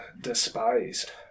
despised